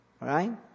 right